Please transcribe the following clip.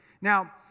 Now